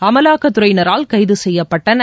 அமலாக்கத் துறையினரால் கைது செய்யப்பட்டனர்